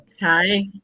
Hi